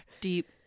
Deep